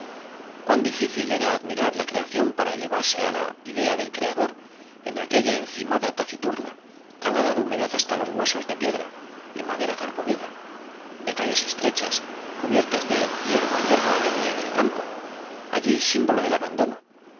cuán difícil era admirar la creación para elevarse a la idea del creador en aquella encimada taciturna calada de humedad hasta los huesos de piedra y madera carcomida de calles estrechas cubiertas de hierba hierba alegre en el campo allí símbolo de abandono